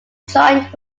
joined